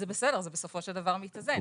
זה בסדר, בסופו של דבר זה מתאזן.